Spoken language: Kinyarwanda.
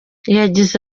yagize